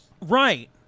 Right